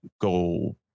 go